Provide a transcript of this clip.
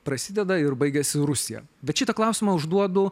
prasideda ir baigiasi rusija bet šitą klausimą užduodu